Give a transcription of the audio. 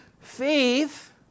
faith